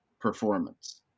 performance